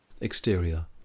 Exterior